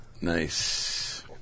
Nice